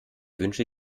wünsche